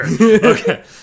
Okay